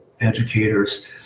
educators